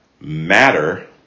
matter